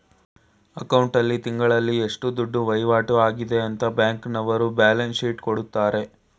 account ಆಲ್ಲಿ ತಿಂಗಳಲ್ಲಿ ಎಷ್ಟು ದುಡ್ಡು ವೈವಾಟು ಆಗದೆ ಅಂತ ಬ್ಯಾಂಕ್ನವರ್ರು ಬ್ಯಾಲನ್ಸ್ ಶೀಟ್ ಕೊಡ್ತಾರೆ